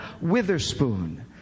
Witherspoon